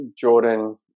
Jordan